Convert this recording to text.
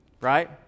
Right